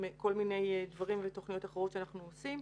כל מיני דברים ותוכניות אחרות שאנחנו עושים,